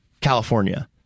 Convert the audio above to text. California